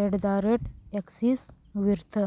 at the rate ᱵᱨᱤᱛᱷᱟᱹ